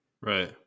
Right